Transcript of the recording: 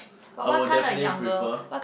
I would definite prefer